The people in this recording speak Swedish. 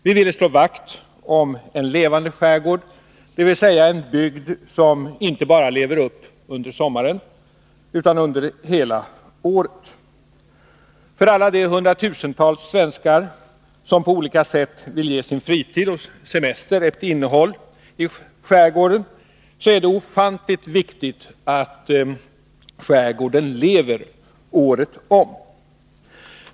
Vi ville slå vakt om en levande skärgård, dvs. en bygd som inte bara lever upp under sommaren utan som lever under hela året. För alla de hundratusentals svenskar som på olika sätt vill ge sin fritid och sin semester ett innehåll i skärgården är det ofantligt viktigt att skärgården lever året om.